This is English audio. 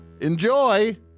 Enjoy